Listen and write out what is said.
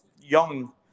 Young